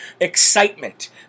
excitement